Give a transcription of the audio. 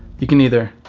you can either,